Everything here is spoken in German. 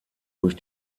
durch